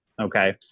okay